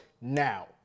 now